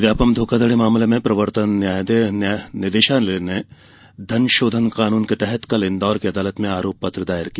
व्यापम धोखाधड़ी मामले में प्रवर्तन निदेशालय ने धन शोधन कानून के तहत कल इन्दौर की अदालत में आरोप पत्र दायर किया